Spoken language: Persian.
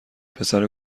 پسره